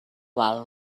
val